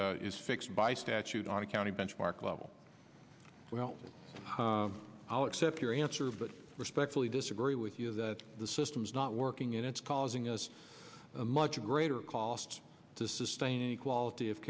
is fixed by statute on a county benchmark level well i'll accept your answer but respectfully disagree with you that the system is not working and it's causing us a much greater cost to sustain the quality of